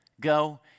go